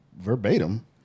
verbatim